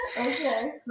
Okay